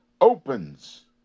opens